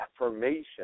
affirmation